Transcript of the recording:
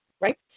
right